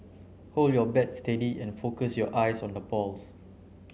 hold your bat steady and focus your eyes on the balls